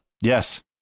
yes